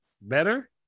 better